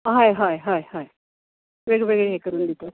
हय हय हय हय वेगवेगळे हे करून दितात